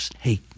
hey